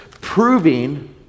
proving